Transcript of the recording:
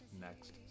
next